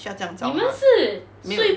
需要这样早吗没有